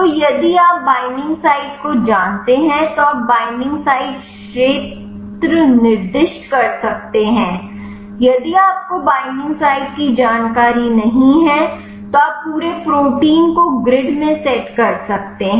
तो यदि आप बॉन्डिंग साइट को जानते हैं तो आप बॉन्डिंग साइट क्षेत्र निर्दिष्ट कर सकते हैं यदि आपको बॉन्डिंग साइट की जानकारी नहीं है तो आप पूरे प्रोटीन को ग्रिड में सेट कर सकते हैं